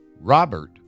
Robert